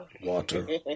water